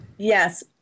Yes